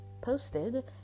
posted